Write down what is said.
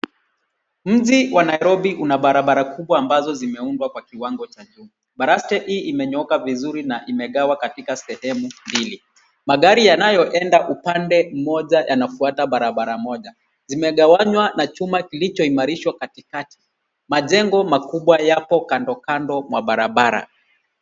Mji wa Nairobi una barabara kubwa ambazo zimeundwa kwa kiwango cha juu. Baraste hii imenyooka vizuri na imegawa katika sehemu mbili. Magari yanayoenda upande moja yanafuata barabara moja. Zimegawanywa na chuma kilichoimarishwa katikati. Majengo makubwa yapo kandokando ya barabara.